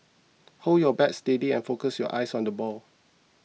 hold your bat steady and focus your eyes on the ball